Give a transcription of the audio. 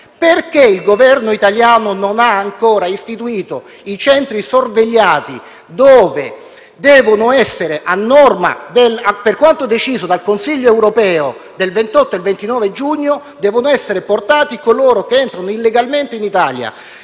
Perché il Governo italiano non ha ancora istituito i centri sorvegliati dove, per quanto deciso dal Consiglio europeo del 28-29 giugno, devono essere portati coloro che entrano illegalmente in Italia?